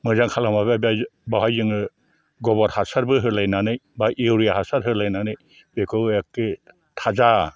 मोजां खालामबा बेहाय जोङो गबर हासारबो होलायनानै बा इउरिया हासार होलायनानै बेखौ एखे थाजा